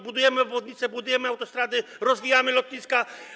Budujemy obwodnice, budujemy autostrady, rozwijamy lotniska.